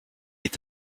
est